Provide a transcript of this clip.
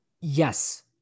Yes